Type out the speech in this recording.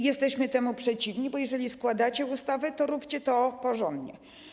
Jesteśmy temu przeciwni, bo jeżeli składacie ustawę, to róbcie to porządnie.